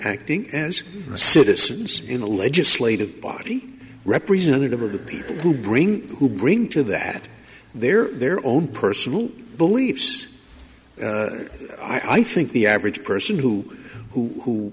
acting as citizens in a legislative body representative of the people who bring who bring to that there their own personal beliefs i think the average person who who